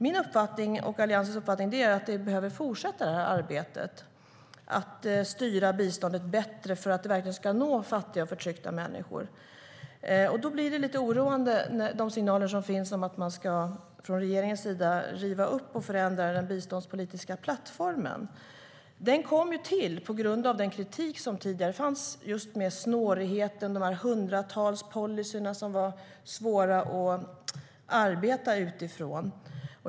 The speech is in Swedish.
Min och Alliansens uppfattning är att arbetet med att styra biståndet bättre så att det verkligen ska nå fattiga och förtryckta människor behöver fortsätta. Då är det lite oroande med de signaler som finns om att regeringen ska riva upp och förändra den biståndspolitiska plattformen. Den kom till på grund av den kritik som fanns just mot snårigheten, de hundratals policyer som var svåra att arbeta utifrån.